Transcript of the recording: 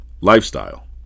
lifestyle